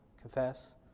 confess